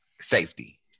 Safety